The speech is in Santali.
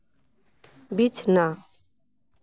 ᱵᱤᱪᱷᱱᱟ